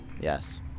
Yes